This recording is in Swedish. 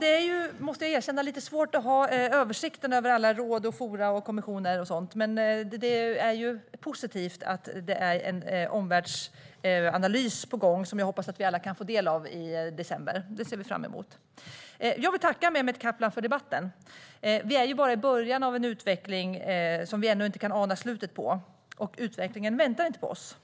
Det är, måste jag erkänna, lite svårt att ha översikt över alla råd, forum, kommissioner och sådant, men det är positivt att det är en omvärldsanalys på gång. Jag hoppas att vi alla kan få del av den i december. Det ser vi fram emot. Jag vill tacka Mehmet Kaplan för debatten. Vi är bara i början av en utveckling som vi ännu inte kan ana slutet på. Utvecklingen väntar inte på oss.